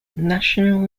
national